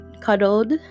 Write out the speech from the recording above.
cuddled